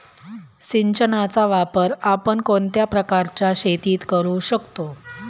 सिंचनाचा वापर आपण कोणत्या प्रकारच्या शेतीत करू शकतो?